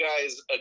guys